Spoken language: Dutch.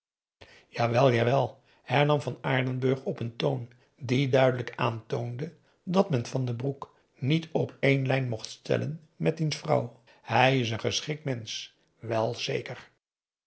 jawel jawel hernam van aardenburg op n toon die duidelijk aantoonde dat men van den broek niet op één lijn mocht stellen met diens vrouw hij is n geschikt mensch wel zeker